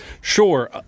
Sure